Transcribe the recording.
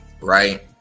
right